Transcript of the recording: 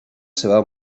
seva